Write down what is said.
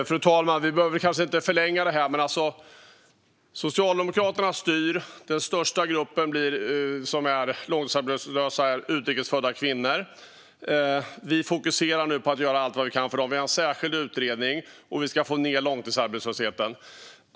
Fru talman! Vi behöver kanske inte förlänga det här, men alltså: Socialdemokraterna styr. Den största gruppen som är långtidsarbetslös blir utrikes födda kvinnor. Vi fokuserar nu på att göra allt vi kan för dem. Vi har en särskild utredning, och vi ska få ned långtidsarbetslösheten.